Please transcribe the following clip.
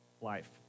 life